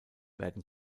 werden